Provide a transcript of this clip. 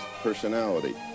personality